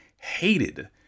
hated